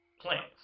plants